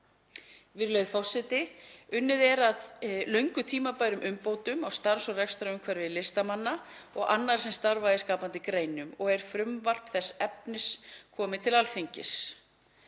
Virðulegur forseti. Unnið er að löngu tímabærum umbótum á starfs- og rekstrarumhverfi listamanna og annarra sem starfa í skapandi greinum og er frumvarp þess efnis komið til Alþingis.